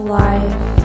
life